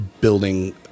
building